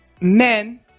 Men